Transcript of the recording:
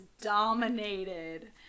dominated